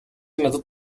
надад